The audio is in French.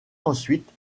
ensuite